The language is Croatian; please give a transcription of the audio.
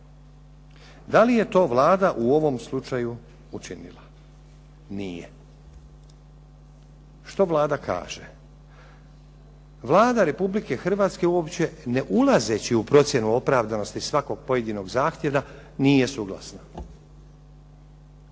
Da li je to Vlada u ovom slučaju učinila? Nije. Što Vlada kaže? Vlada Republike Hrvatske uopće ne ulazeći u procjenu opravdanosti svakog pojedinog zahtjeva nije suglasna.